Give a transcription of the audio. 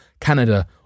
Canada